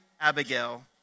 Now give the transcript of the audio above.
Abigail